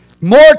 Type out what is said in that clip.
more